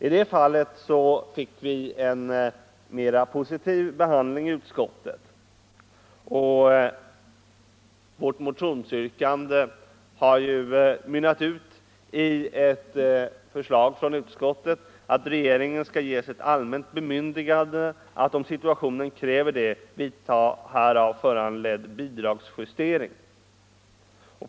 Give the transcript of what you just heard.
I det fallet fick vi en mer positiv behandling i utskottet, och vårt motionsyrkande har mynnat ut i ett förslag från utskottet att regeringen skall ges allmänt bemyndigande att om situationen så kräver vidta härav föranledd bidragsjustering.